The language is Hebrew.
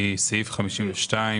למה בפעם שעבר הבאת וביקשת להעביר לשם?